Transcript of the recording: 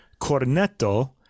cornetto